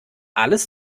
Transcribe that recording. alles